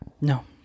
No